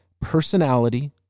personality